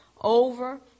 over